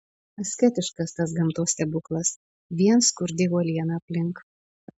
asketiškas tas gamtos stebuklas vien skurdi uoliena aplink